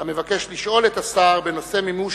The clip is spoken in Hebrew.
המבקש לשאול את השר בנושא: מימוש